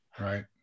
right